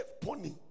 Pony